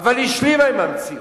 אבל השלימה עם המציאות.